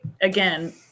again